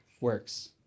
works